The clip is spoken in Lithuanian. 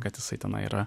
kad jisai tenai yra